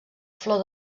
flor